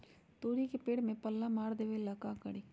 तोड़ी के पेड़ में पल्ला मार देबे ले का करी?